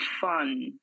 fun